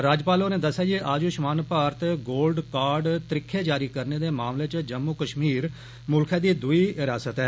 राज्यपाल होरें आखेया जे आयुश्मान भारत गोल्ड कार्ड त्रीक्खे जरी करने दे मामले च जम्मू कष्मीर मुल्खै दी दुई रियासत ऐ